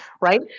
Right